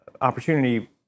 opportunity